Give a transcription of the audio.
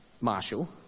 Marshall